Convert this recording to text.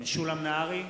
משולם נהרי,